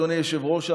אדוני היושב-ראש,